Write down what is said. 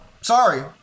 Sorry